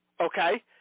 okay